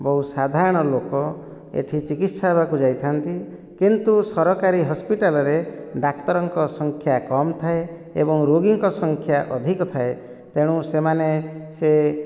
ବହୁ ସାଧାରଣ ଲୋକ ଏଠି ଚିକିତ୍ସା ହେବାକୁ ଯାଇଥାନ୍ତି କିନ୍ତୁ ସରକରୀ ହସ୍ପିଟାଲରେ ଡାକ୍ତରଙ୍କ ସଂଖ୍ୟା କମ୍ ଥାଏ ଏବଂ ରୋଗୀଙ୍କ ସଂଖ୍ୟା ଅଧିକ ଥାଏ ତେଣୁ ସେମାନେ ସେ